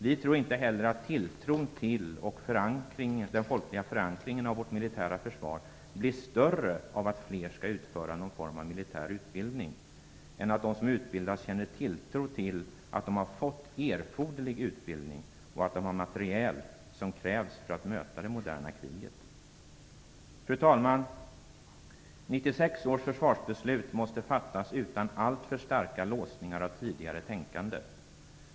Vi tror inte heller att tilltron och den folkliga förankringen när det gäller vårt militära försvar blir större av att fler utför någon form av militär utbildning. De som utbildas måste känna att de får erforderlig utbildning och att de har det materiel som krävs för att möta det moderna kriget. Fru talman! 1996 års försvarsbeslut måste fattas utan att man är alltför låst av det tidigare tänkandet.